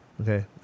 Okay